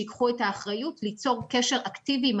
שייקחו את האחריות ליצור קשר אקטיבי עם